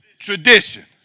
Tradition